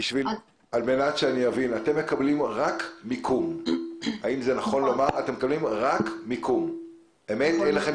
האם נכון לומר שאתם מקבלים רק מיקום ואין לכם